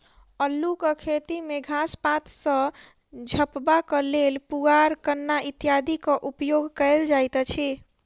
अल्लूक खेती मे घास पात सॅ झपबाक लेल पुआर, कन्ना इत्यादिक उपयोग कयल जाइत अछि